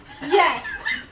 Yes